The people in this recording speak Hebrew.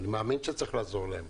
ואני מאמין שצריכים לעזור להן,